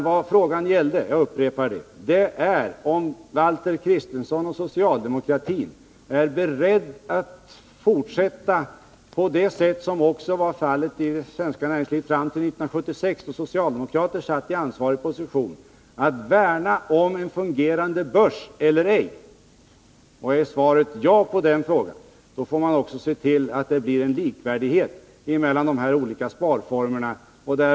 Vad frågan gäller — jag upprepar det — är om Valter Kristenson och socialdemokraterna är beredda att fortsätta, såsom fallet var i det svenska näringslivet fram till 1976 då socialdemokraterna satt i ansvarig position, att värna om en fungerande börs, eller ej. Är svaret ja på den frågan, får man också se till att det blir en likvärdighet mellan dessa olika sparformer.